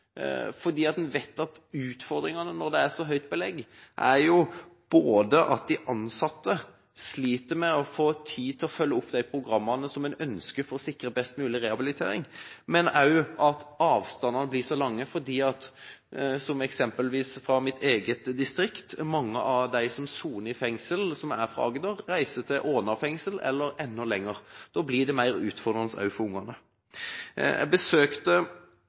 vet at utfordringene når det er så høyt belegg, er at ansatte sliter med å få tid til å følge opp de programmene som en ønsker for å sikre best mulig rehabilitering, men også at avstandene blir lange. Slik er det f.eks. i mitt eget distrikt: Mange fra Agder som soner i fengsel, må reise til Åna fengsel eller enda lenger. Da blir det mer utfordrende også for ungene. Jeg besøkte